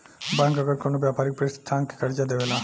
bank अगर कवनो व्यापारिक प्रतिष्ठान के कर्जा देवेला